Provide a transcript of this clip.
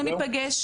אנחנו ניפגש